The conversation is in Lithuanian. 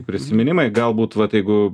prisiminimai galbūt vat jeigu